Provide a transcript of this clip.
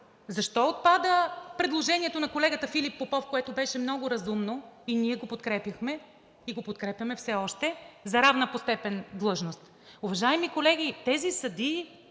Защо отпада предложението на колегата Филип Попов, което беше много разумно, ние го подкрепихме и все още го подкрепяме, за равна по степен длъжност? Уважаеми колеги, тези съдии